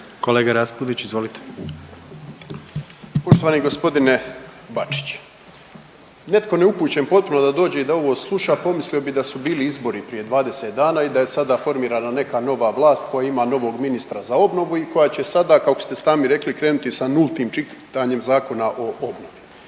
**Raspudić, Nino (MOST)** Poštovani g. Bačić, netko neupućen potpuno da dođe i da ovo sluša pomislio bi da su bili izbori prije 20 dana i da je sada formirana neka nova vlast koja ima novog ministra za obnovu i koja će sada, kako ste i sami rekli, krenuti sa nultim čitanjem Zakona o obnovi.